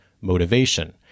motivation